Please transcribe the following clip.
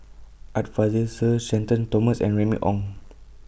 Art Fazil Sir Shenton Thomas and Remy Ong